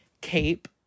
cape